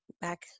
Back